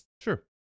sure